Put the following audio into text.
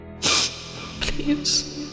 Please